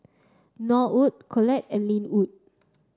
Norwood Collette and Lynwood